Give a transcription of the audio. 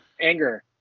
anger